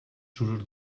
surt